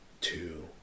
two